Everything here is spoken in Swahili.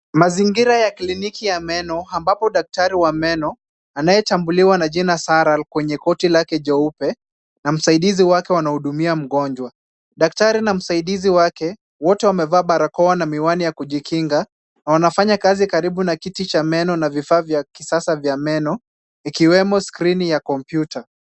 Mazingira ya kliniki ya meno ambapo daktari wa meno anayechambuliwa na jina Sara kwenye koti lake jeupe na msaidizi wake wanamhudumia mgonjwa. Daktari na msaidizi wake wote wamevaa barakoa na miwani ya kujikinga na wanafanya kazi karibu na kiti cha meno na vifaa vya kisasa vya meno ikiwemo skrini ya kompyuta.